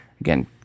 Again